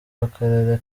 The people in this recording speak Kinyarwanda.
w’akarere